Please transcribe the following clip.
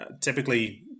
typically